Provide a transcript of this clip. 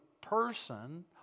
person